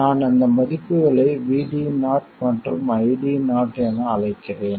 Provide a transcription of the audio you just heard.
நான் அந்த மதிப்புகளை VD0 மற்றும் ID0 என அழைக்கிறேன்